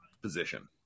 position